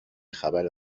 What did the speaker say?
خبر